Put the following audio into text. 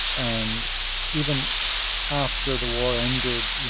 and even after the war ended,